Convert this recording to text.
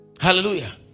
Hallelujah